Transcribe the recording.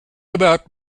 about